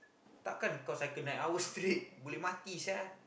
tak kan kau cycle nine hours straight boleh mati sia